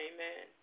Amen